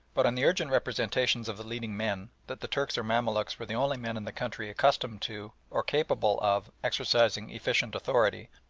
but on the urgent representations of the leading men, that the turks or mamaluks were the only men in the country accustomed to, or capable of, exercising efficient authority,